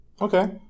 Okay